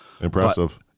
impressive